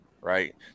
right